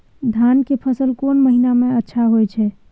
धान के फसल कोन महिना में अच्छा होय छै?